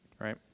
right